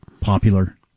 popular